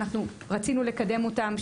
רצינו לקדם אותם,